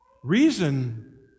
Reason